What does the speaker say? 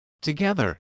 Together